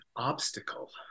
Obstacle